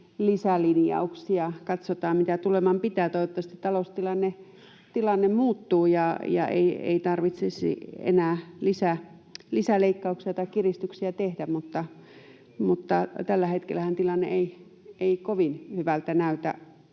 lisälinjauksia. Katsotaan, mitä tuleman pitää. Toivottavasti taloustilanne muuttuu ja ei tarvitsisi enää lisäleikkauksia tai ‑kiristyksiä tehdä, mutta tällä hetkellähän tilanne ei kovin hyvältä näytä.